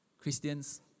Christians